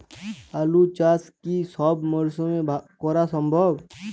আলু চাষ কি সব মরশুমে করা সম্ভব?